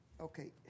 Okay